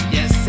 Yes